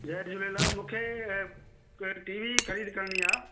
जय झूलेलाल मूंखे हिकु TV ख़रीद करिणी आहे